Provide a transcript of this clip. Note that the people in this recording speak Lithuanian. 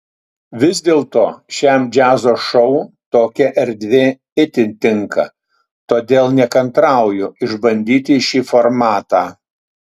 vis dėlto šiam džiazo šou tokia erdvė itin tinka todėl nekantrauju išbandyti šį formatą